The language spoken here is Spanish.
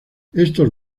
estos